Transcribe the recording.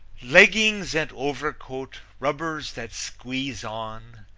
leggings and overcoat, rubbers that squeeze on,